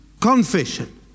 confession